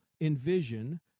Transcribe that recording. envision